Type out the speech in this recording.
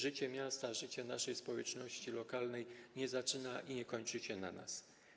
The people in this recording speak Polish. Życie miasta, życie naszej społeczności lokalnej nie zaczyna się i nie kończy się na nas.